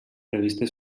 revistes